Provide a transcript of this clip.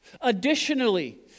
Additionally